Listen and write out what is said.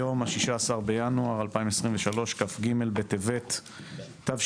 היום 16 בינואר 2023, כ"ג בטבת תשפ"ג.